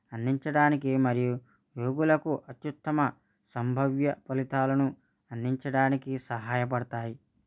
అందించడానికి మరియు రోగులకు అత్యుత్తమ సంభావ్య ఫలితాలను అందించడానికి సహాయపడుతాయి